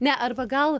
ne arba gal